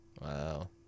Wow